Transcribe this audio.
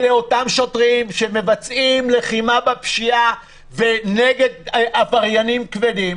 אלה אותם שוטרים שמבצעים לחימה בפשיעה ונגד עבריינים כבדים.